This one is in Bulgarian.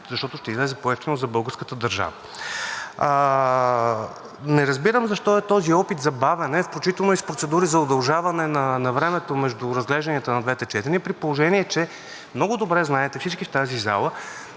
защото ще излезе по-евтино за българската държава. Не разбирам защо е този опит за бавене, включително и с процедури за удължаване на времето между разглежданията на двете четения, при положение че много добре всички в тази зала